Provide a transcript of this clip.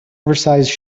oversized